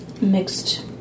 mixed